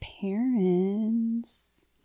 parents